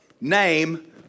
name